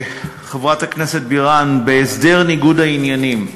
חברת הכנסת בירן, בהסדר ניגוד העניינים,